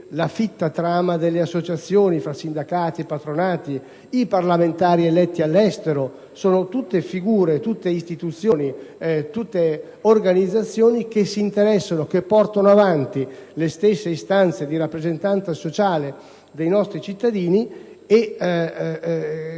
la fitta trama delle associazioni fra sindacati e patronati, i parlamentari eletti all'estero; tutte figure, istituzioni, organizzazioni che portano avanti le stesse istanze di rappresentanza sociale dei nostri cittadini. Non mi sembra